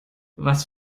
was